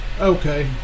Okay